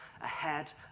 ahead